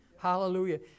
Hallelujah